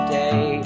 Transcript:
day